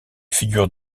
figure